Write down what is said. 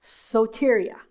soteria